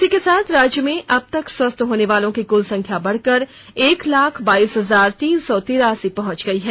इसी के साथ राज्य में अब तक स्वस्थ होने वालों की कुल संख्या बढ़कर एक लाख बाईस हजार तीन सौ तिरासी पहंच गई है